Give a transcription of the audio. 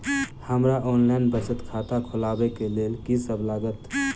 हमरा ऑनलाइन बचत खाता खोलाबै केँ लेल की सब लागत?